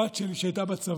הבת שלי, כשהיא הייתה בצבא,